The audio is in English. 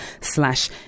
slash